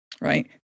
Right